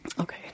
Okay